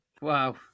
Wow